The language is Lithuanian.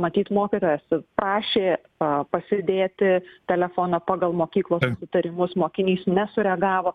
matyt mokytojas ir prašė pasidėti telefoną pagal mokyklos nutarimus mokinys nesureagavo